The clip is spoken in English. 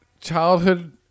childhood